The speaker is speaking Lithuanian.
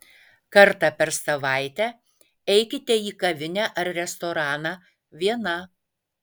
kartą per savaitę eikite į kavinę ar restoraną viena